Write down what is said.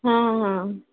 ହଁ ହଁ